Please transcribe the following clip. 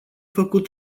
făcut